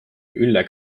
ülle